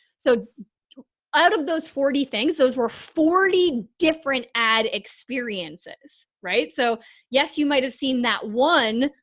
so out of those forty things, those were forty different add experiences, right? so yes, you might have seen that one,